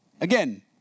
Again